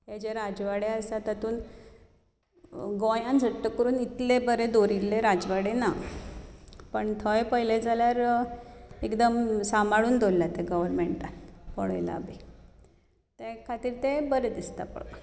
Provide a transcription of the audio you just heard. ताजे राजवाडे आसा तातूंत गोंयांत सट्ट करून इतले बरे दवरिल्ले राजवाडे ना पण थंय पळयलें जाल्यार एकदम सांबाळून दवरल्यात ते गवर्मेंटान ते खातीर ते बरे दिसतात